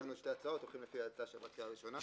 הולכים לפי ההצעה שעברה קריאה ראשונה.